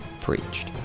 preached